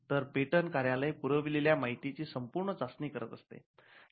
तर पेटंट कार्यालय पुरवलेल्या माहिती ची संपुर्ण चाचणी करत असते